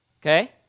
okay